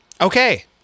Okay